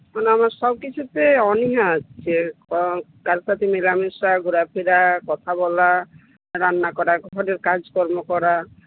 মানে আমার সবকিছুতে অনিহা আসছে ক কারো সাথে মেলামেশা ঘোরা ফেরা কথা বলা রান্না করা ঘরের কাজকর্ম করা